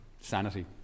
sanity